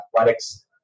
athletics